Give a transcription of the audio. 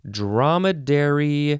dromedary